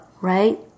Right